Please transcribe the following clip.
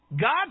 God